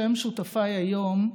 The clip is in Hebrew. שהם שותפיי היום: